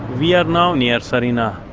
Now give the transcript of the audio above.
we are now near sarinah.